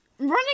Running